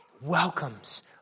welcomes